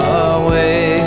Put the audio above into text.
away